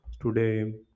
today